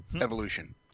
evolution